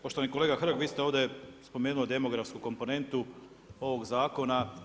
Poštovani kolega Hrg, vi ste ovdje spomenuli demografsku komponentu ovog zakona.